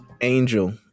Angel